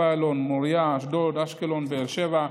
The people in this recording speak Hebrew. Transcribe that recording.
מרחב איילון, מוריה, אשדוד, אשקלון, באר שבע,